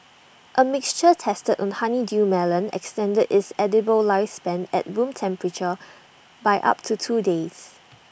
A mixture tested on honeydew melon extended its edible lifespan at room temperature by up to two days